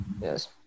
Yes